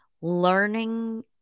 learning